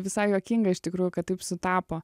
visai juokinga iš tikrųjų kad taip sutapo